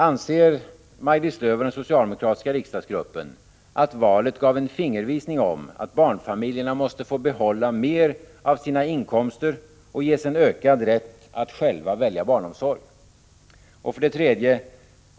Anser Maj-Lis Lööw och den socialdemokratiska riksdagsgruppen att folkpartiets framgång i valet gav en fingervisning om att barnfamiljerna måste få behålla mer av sina inkomster och ges en ökad rätt att själva välja barnomsorg? 3.